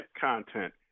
content